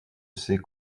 ces